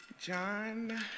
John